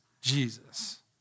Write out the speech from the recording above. Jesus